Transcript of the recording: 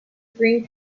green